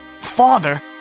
Father